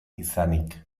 izanik